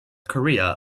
korea